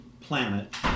planet